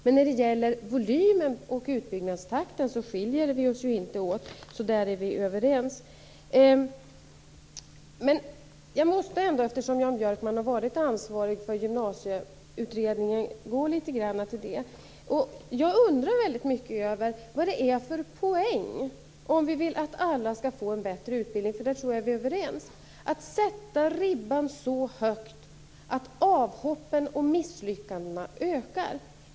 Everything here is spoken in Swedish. Men när det gäller volymen och utbyggnadstakten skiljer vi oss inte åt. Där är vi alltså överens. Eftersom Jan Björkman har varit ansvarig för Gymnasieutredningen måste jag helt kort få återkomma till den. Jag har undrat en hel del över vad det är för poäng, om vi nu vill att alla skall få en bättre utbildning - och där tror jag att vi är överens - att sätta ribban så högt att antalet avhopp och misslyckanden ökar.